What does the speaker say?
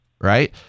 right